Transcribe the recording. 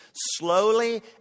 slowly